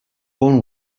own